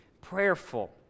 Prayerful